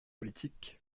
politiques